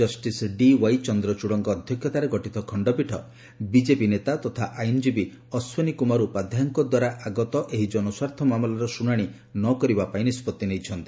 justice D Y ଚନ୍ଦ୍ରଚଡ଼ଙ୍କ ଅଧ୍ୟକ୍ଷତାରେ ଗଠିତ ଖଣ୍ଡପୀଠ ବିଜେପି ନେତା ତଥା ଆଇନଜୀବୀ ଅଶ୍ୱିନୀ କୁମାର ଉପାଧ୍ୟାୟଙ୍କ ଦ୍ୱାରା ଆଗତ ଏହି ଜନସ୍ୱାର୍ଥ ମାମଲାର ଶୁଣାଣି ନ କରିବା ପାଇଁ ନିଷ୍ପଭି ନେଇଛନ୍ତି